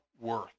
worth